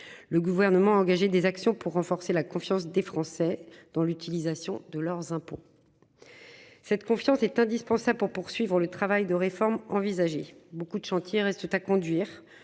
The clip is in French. Le gouvernement a engagé des actions pour renforcer la confiance des Français dans l'utilisation de leurs impôts. Cette confiance est indispensable pour poursuivre le travail de réformes envisagées beaucoup de chantiers restent à conduire